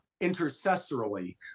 intercessorily